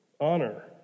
honor